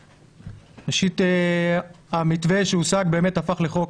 ראשית, המתווה שהושג באמת הפך לחוק